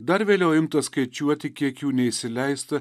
dar vėliau imta skaičiuoti kiek jų neįsileista